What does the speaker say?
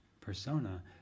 persona